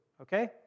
Okay